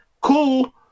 cool